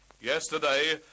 Yesterday